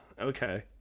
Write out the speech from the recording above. okay